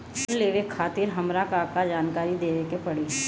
Loan लेवे खातिर हमार का का जानकारी देवे के पड़ी?